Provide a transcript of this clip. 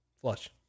Flush